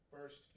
First